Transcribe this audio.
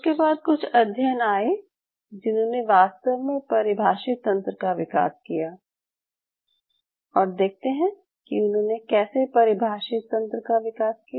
उसके बाद कुछ अध्ययन आये जिन्होंने वास्तव में परिभाषित तंत्र का विकास किया और देखते हैं कि उन्होंने कैसे परिभाषित तंत्र का विकास किया